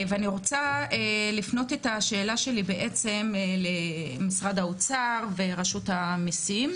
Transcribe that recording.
אני רוצה להפנות את השאלה שלי למשרד האוצר ורשות המסים.